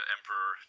Emperor